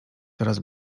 coraz